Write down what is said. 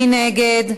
מי נגד?